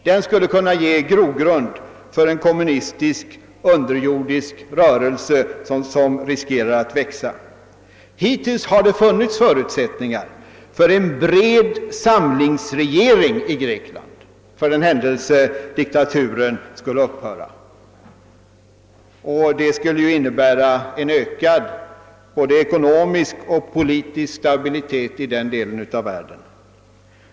Den skulle kunna ge en grogrund för en kommunistisk underjordisk rörelse som riskerar att växa. Hittills har det funnits förutsättningar för en bred samlingsregering i Grekland för den händelse diktaturen skulle upphöra, och detta skulle innebära en ökad både ekonomisk och politisk stabilitet i denna del av världen.